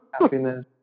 happiness